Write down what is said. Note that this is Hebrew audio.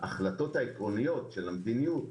ההחלטות העקרוניות של המדיניות